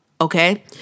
okay